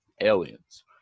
Aliens